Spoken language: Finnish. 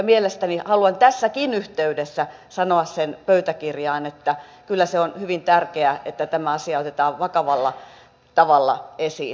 mielestäni haluan tässäkin yhteydessä sanoa sen pöytäkirjaan kyllä se on hyvin tärkeää että tämä asia otetaan vakavalla tavalla esiin